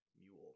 mule